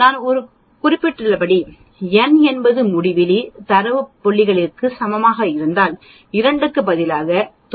நான் குறிப்பிட்டுள்ளபடி n என்பது முடிவிலி தரவு புள்ளிகளுக்கு சமமாக இருந்தால் 2 க்கு பதிலாக 95 நம்பிக்கை இருக்கும்